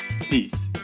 Peace